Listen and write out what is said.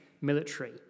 military